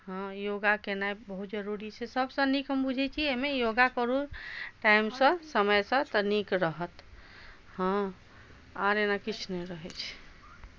हँ योगा केनाइ बहुत जरूरी छै सबसँ नीक हम बुझै छी एहिमे योगा करू टाइमसॅं समयसँ तऽ नीक रहत हँ आर एना किछु नहि रहय छै